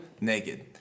Naked